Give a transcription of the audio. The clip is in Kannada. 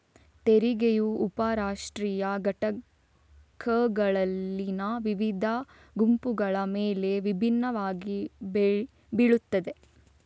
ತೆರಿಗೆಯು ಉಪ ರಾಷ್ಟ್ರೀಯ ಘಟಕಗಳಲ್ಲಿನ ವಿವಿಧ ಗುಂಪುಗಳ ಮೇಲೆ ವಿಭಿನ್ನವಾಗಿ ಬೀಳುತ್ತದೆ